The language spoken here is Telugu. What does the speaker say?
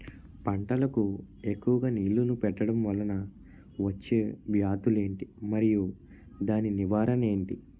పంటలకు ఎక్కువుగా నీళ్లను పెట్టడం వలన వచ్చే వ్యాధులు ఏంటి? మరియు దాని నివారణ ఏంటి?